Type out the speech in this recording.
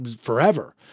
forever